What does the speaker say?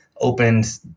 opened